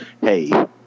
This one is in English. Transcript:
Hey